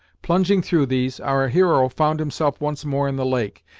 plunging through these, our hero found himself once more in the lake,